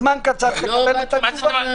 זמן קצר שתקבל את התשובה.